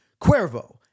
Cuervo